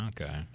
Okay